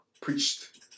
preached